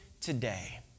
today